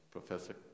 Professor